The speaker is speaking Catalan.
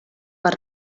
per